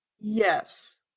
yes